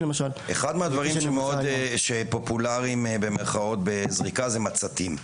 --- אחד הדברים ש"פופולריים" מאוד זה מצתים.